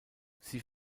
sie